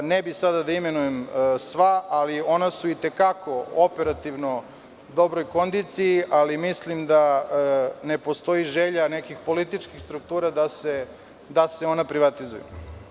Ne bi sada da imenujem sva, ali su ona i te kako operativno u dobroj kondiciji, ali mislim da ne postoji želja nekih političkih struktura da se ona privatizuju.